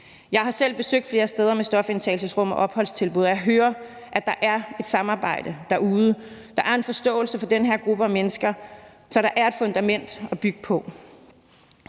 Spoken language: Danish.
Jeg har selv besøgt flere steder med stofindtagelsesrum og opholdstilbud, og jeg hører, at der er et samarbejde derude. Der er en forståelse for den her gruppe af mennesker, så der er et fundament at bygge på.